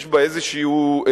יש בה איזו ייחודיות